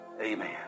amen